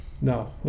No